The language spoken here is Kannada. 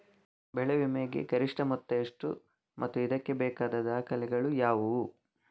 ಬೆಳೆ ವಿಮೆಯ ಗರಿಷ್ಠ ಮೊತ್ತ ಎಷ್ಟು ಮತ್ತು ಇದಕ್ಕೆ ಬೇಕಾದ ದಾಖಲೆಗಳು ಯಾವುವು?